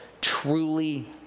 truly